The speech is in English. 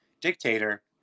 dictator